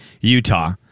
Utah